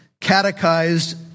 catechized